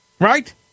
right